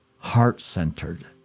heart-centered